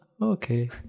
okay